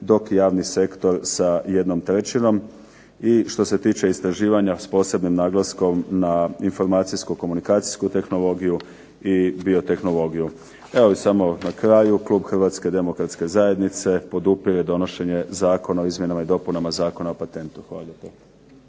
dok javni sektor sa 1/3 i što se tiče istraživanja s posebnim naglaskom na informacijsko-komunikacijsku tehnologiju i biotehnologiju. Evo samo na kraju, klub Hrvatske demokratske zajednice podupire donošenje Zakona o izmjenama i dopuna Zakona o patentu. Hvala